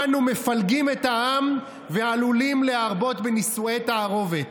"אנו מפלגים את העם ועלולים להרבות בנישואי תערובת".